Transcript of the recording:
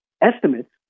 estimates